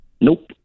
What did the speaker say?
nope